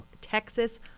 Texas